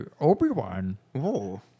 Obi-Wan